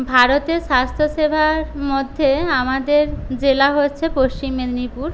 ভারতের স্বাস্থ্যসেবার মধ্যে আমাদের জেলা হচ্ছে পশ্চিম মেদিনীপুর